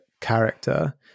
character